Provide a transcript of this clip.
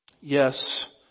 Yes